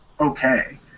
okay